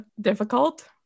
difficult